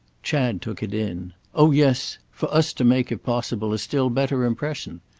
chad took it in. oh yes for us to make if possible a still better impression.